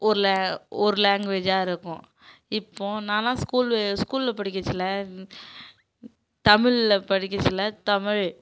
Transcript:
ஒரு லே ஒரு லேங்குவேஜாக இருக்கும் இப்போது நான்லாம் ஸ்கூல் ஸ்கூலில் படிக்கச்சில தமிழில் படிக்கச்சில தமிழ்